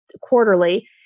quarterly